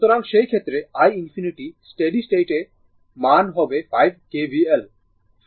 সুতরাং সেই ক্ষেত্রে i ∞ স্টেডি স্টেট মান হবে 5 KVL